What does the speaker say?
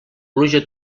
pluja